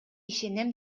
ишенем